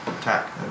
attack